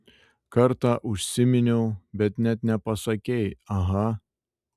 kartą užsiminiau bet net nepasakei aha